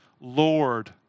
Lord